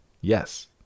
Yes